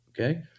Okay